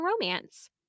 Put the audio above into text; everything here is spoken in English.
romance